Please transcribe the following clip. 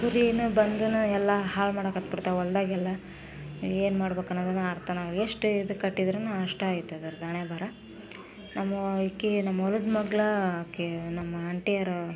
ಕುರಿನಾ ಬಂದನಾ ಎಲ್ಲ ಹಾಳ್ಮಾಡೋಕೆ ಹತ್ಬಿಡ್ತಾವೆ ಹೊಲದಾಗೆಲ್ಲ ಏನ್ಮಾಡ್ಬೇಕು ಅನ್ನೋದಾನೆ ಅರ್ಥನೆ ಆಗಲ್ಲ ಎಷ್ಟು ಇದು ಕಟ್ಟಿದರೂ ಅಷ್ಟೇ ಆಯ್ತದ ಅದರ ಹಣೆಬರಹ ನಮ್ಮ ಇಕ್ಕಿ ನಮ್ಮ ಹೊಲದ ಮಗ್ಗುಲ ಆಕೆ ನಮ್ಮ ಆಂಟಿಯರು